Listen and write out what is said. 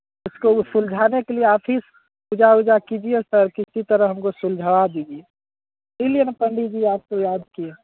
उसको सुलझाने के लिए आप ही पूजा ऊजा कीजिए सर किसी तरह हमको सुलझा दीजिए इसलिए ना पंडित जी आपको याद किए